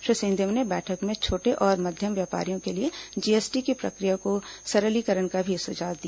श्री सिंहदेव ने बैठक में छोटे और मध्यम व्यापारियों के लिए जीएसटी की प्रक्रिया के सरलीकरण का भी सुझाव दिया